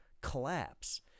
collapse